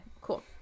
cool